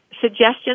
suggestions